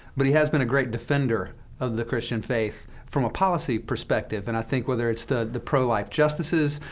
but he has been a great defender of the christian faith from a policy perspective. and i think, whether it's the the pro-life justices,